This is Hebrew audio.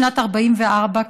בשנת 1944,